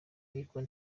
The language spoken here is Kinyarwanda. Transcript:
millicom